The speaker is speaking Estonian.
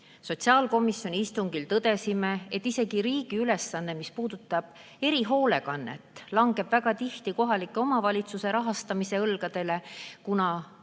Sotsiaalkomisjoni istungil tõdesime, et isegi riigi ülesanne tagada erihoolekanne langeb väga tihti kohaliku omavalitsuse õlgadele, kuna